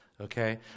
Okay